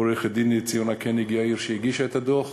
עורכת-דין ציונה קניג-יאיר, שהגישה את הדוח.